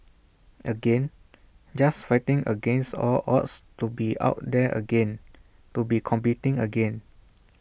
again just fighting against all odds to be out there again to be competing again